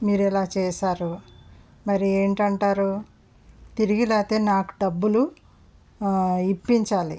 మీరు ఇలా చేశారు మరి ఏంటి అంటారు తిరిగి లేకపోతే నాకు డబ్బులు ఇప్పించాలి